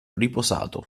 riposato